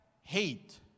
hate